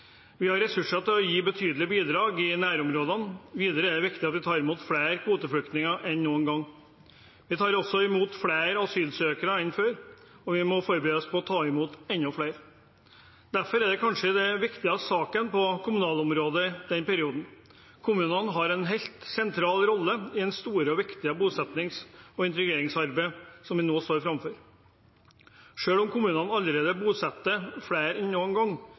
Vi har ressurser til å gi betydelige bidrag i nærområdene. Videre er det viktig at vi tar imot flere kvoteflyktninger enn noen gang. Vi tar også imot flere asylsøkere enn før, og vi må forberede oss på å ta imot enda flere. Derfor er dette kanskje den viktigste saken på kommunalområdet i denne perioden. Kommunene har en helt sentral rolle i det store og viktige bosettings- og integreringsarbeidet som vi nå står foran. Selv om kommunene allerede bosetter flere enn noen gang,